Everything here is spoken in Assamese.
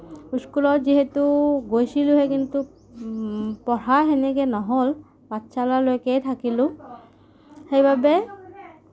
স্কুলত যিহেতু গৈছিলোঁহে কিন্তু পঢ়া সেনেকে নহ'ল পাঠশালালৈকে থাকিলোঁ সেইবাবে